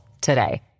today